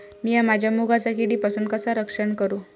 मीया माझ्या मुगाचा किडीपासून कसा रक्षण करू?